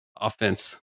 offense